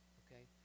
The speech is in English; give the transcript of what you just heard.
okay